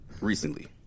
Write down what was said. recently